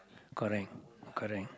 correct